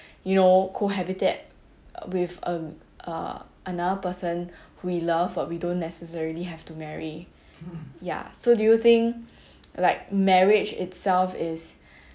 you know cohabit with a a another person who we love but we don't necessarily have to marry ya so do you think like marriage itself is